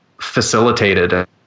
facilitated